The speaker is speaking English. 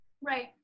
Right